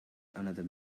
another